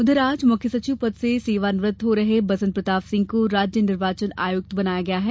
उधर आज मुख्य सचिव पद से सेवानिवृत्त हो रहे बसन्त प्रताप सिंह को राज्य निर्वाचन आयुक्त बनाया गया है